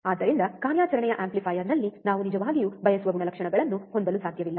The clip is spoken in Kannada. ಆದ್ದರಿಂದ ಕಾರ್ಯಾಚರಣೆಯ ಆಂಪ್ಲಿಫೈಯರ್ನಲ್ಲಿ ನಾವು ನಿಜವಾಗಿಯೂ ಬಯಸುವ ಗುಣಲಕ್ಷಣಗಳನ್ನು ಹೊಂದಲು ಸಾಧ್ಯವಿಲ್ಲ